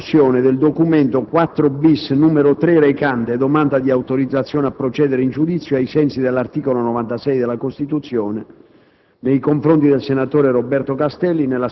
finestra"). Passiamo alla discussione del Documento IV-*bis*, n. 3, recante: «Domanda di autorizzazione a procedere in giudizio, ai sensi dell'articolo 96 della Costituzione,